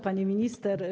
Pani Minister!